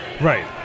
Right